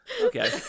Okay